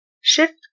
shift